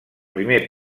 primer